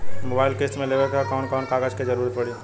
Mobile किस्त मे लेवे के ह कवन कवन कागज क जरुरत पड़ी?